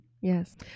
yes